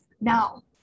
Now